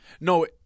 No